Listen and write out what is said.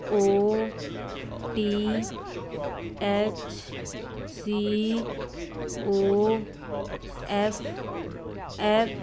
O T H C O F F